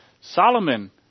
Solomon